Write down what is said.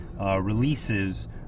releases